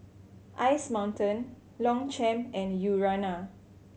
Ice Mountain Longchamp and Urana